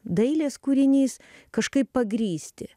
dailės kūrinys kažkaip pagrįsti